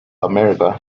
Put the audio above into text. america